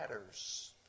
matters